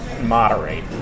moderate